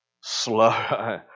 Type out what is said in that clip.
slow